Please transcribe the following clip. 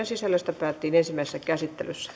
sisällöstä päätettiin ensimmäisessä käsittelyssä